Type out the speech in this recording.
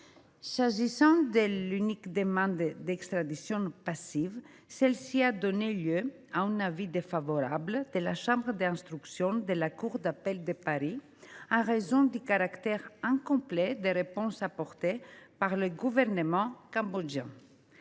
recherchée. L’unique demande d’extradition passive a quant à elle donné lieu à un avis défavorable de la chambre d’instruction de la Cour d’appel de Paris en raison du caractère incomplet des réponses apportées par le gouvernement cambodgien.